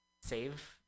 save